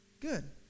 Good